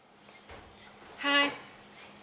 hi